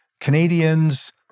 Canadians